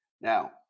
Now